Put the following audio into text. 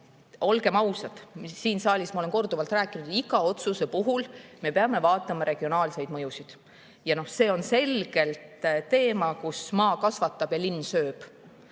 olgem ausad, siin saalis ma olen korduvalt rääkinud, et iga otsuse puhul me peame vaatama regionaalset mõju. Ja see on selgelt teema, et maa kasvatab ja linn sööb.